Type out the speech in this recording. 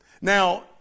Now